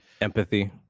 empathy